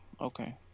Okay